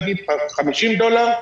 50 דולר.